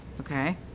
okay